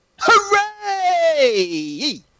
Hooray